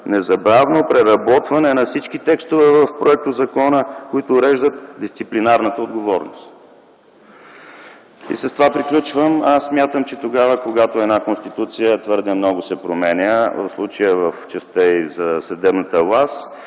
незабавно преработване на всички текстове в законопроекта, които уреждат дисциплинарната отговорност”. С това приключвам. Смятам, че когато една Конституция твърде много се променя, в случая е в частта й за съдебната